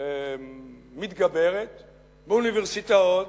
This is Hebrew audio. מתגברת באוניברסיטאות,